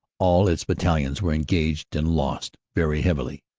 all its battalions were engaged and lost very heavily,